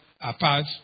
apart